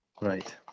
right